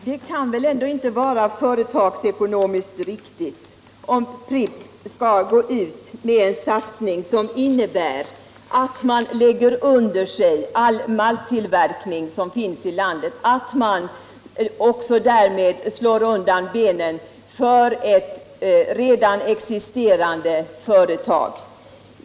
Herr talman! Det kan väl ändå inte vara företagsekonomiskt riktigt att Pripps går ut med en satsning som innebär att man lägger under sig all malttillverkning i landet och därmed slår undan benen på ett redan existerande företag?